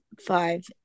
five